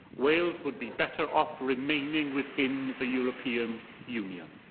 wales would be better off remaining within the european union,